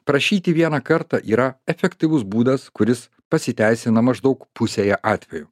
prašyti vieną kartą yra efektyvus būdas kuris pasiteisina maždaug pusėje atvejų